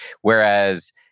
Whereas